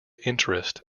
interest